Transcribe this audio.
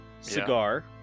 cigar